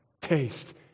taste